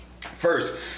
First